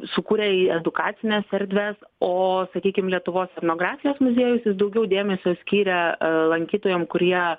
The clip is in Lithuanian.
sukūrė edukacines erdves o sakykim lietuvos etnografijos muziejus jis daugiau dėmesio skiria lankytojam kurie